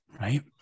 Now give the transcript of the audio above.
right